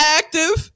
active